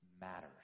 matters